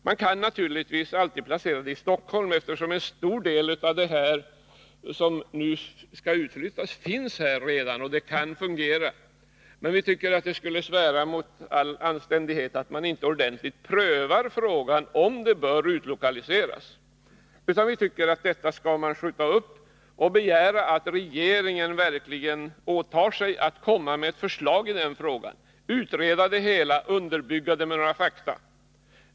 Man kan naturligtvis alltid placera det i Stockholm, eftersom en stor del av verksamheten redan finns här och det kan fungera. Men vi tycker att det skulle svära mot all anständighet, om man inte ordentligt prövade frågan om utlokaliseringen. Vi anser att ställningstagandet bör uppskjutas, och vi begär att regeringen verkligen åtar sig att komma med ett förslag, sedan man utrett det hela och underbyggt förslaget med fakta.